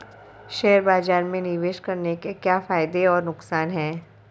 Share बाज़ार में निवेश करने के क्या फायदे और नुकसान हैं?